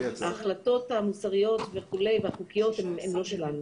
ההחלטות המוסריות והחוקיות הן לא שלנו.